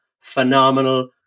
phenomenal